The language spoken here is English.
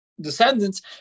descendants